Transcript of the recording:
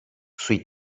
sui